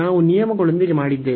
ನಾವು ನಿಯಮಗಳೊಂದಿಗೆ ಮಾಡಿದ್ದೇವೆ